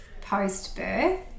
post-birth